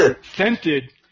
Scented